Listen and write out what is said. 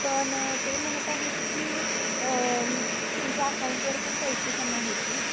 पण ते म्हणत आहेत की तुमच्या अकाउंटवर पण पैसे जमा होतील